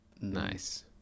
Nice